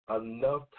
enough